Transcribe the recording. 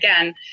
again